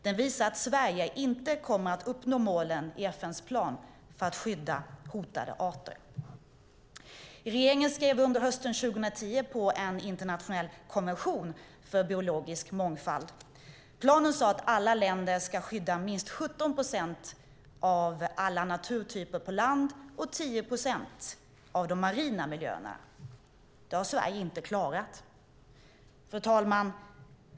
Den visar att Sverige inte kommer att uppnå målen i FN:s plan för att skydda hotade arter. Regeringen skrev under hösten 2010 på en internationell konvention för biologisk mångfald. Planen sade att alla länder ska skydda minst 17 procent av alla naturtyper på land och 10 procent av de marina miljöerna. Det har Sverige inte klarat. Fru talman!